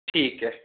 ठीक है